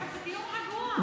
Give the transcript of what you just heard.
אבל זה דיון רגוע.